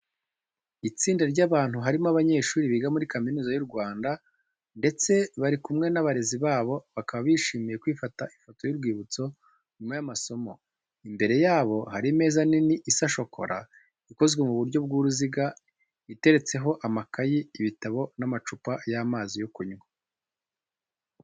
Intsinda ry'abantu harimo abanyeshuri biga muri Kaminuza y'u Rwanda ndetse bari kumwe n'abarezi babo. Bakaba bishimiye kwifata ifoto y'urwibutso nyuma y'amasomo. Imbere yabo hari imeza nini isa shokora, ikozwe mu buryo bw'uruziga, iteretseho amakayi, ibitabo n'amacupa y'amazi yo kunywa.